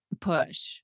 push